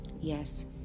Yes